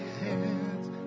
hands